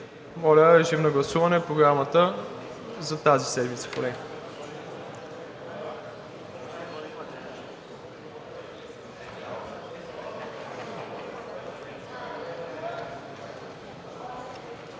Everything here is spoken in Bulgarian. Моля, режим на гласуване – Програмата за тази седмица, колеги.